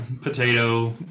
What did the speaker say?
potato